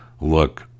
Look